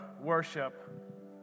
worship